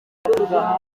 imbwa